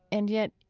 and yet,